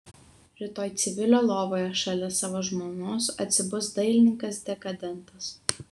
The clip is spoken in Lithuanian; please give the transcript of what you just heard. rytoj civilio lovoje šalia savo žmonos atsibus dailininkas dekadentas